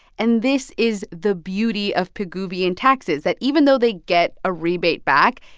and this is the beauty of pigouvian taxes that even though they get a rebate back,